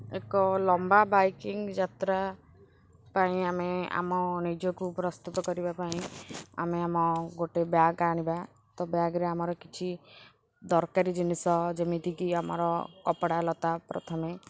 ଏକ ଲମ୍ବା ବାଇକିଂ ଯାତ୍ରା ପାଇଁ ଆମେ ଆମ ନିଜକୁ ପ୍ରସ୍ତୁତ କରିବା ପାଇଁ ଆମେ ଆମ ଗୋଟେ ବ୍ୟାଗ୍ ଆଣିବା ତ ବ୍ୟାଗରେ ଆମର କିଛି ଦରକାରୀ ଜିନିଷ ଯେମିତିକି ଆମର କପଡ଼ାଲତା ପ୍ରଥମେ